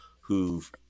who've